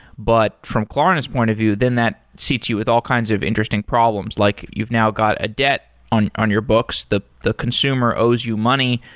but from klarna's point of view, then that seats you with all kinds of interesting problems. like if you've now got a debt on on your books, the the consumer owes you money.